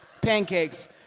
pancakes